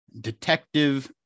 Detective